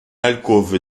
alcôve